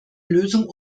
lösung